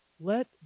Let